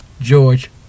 George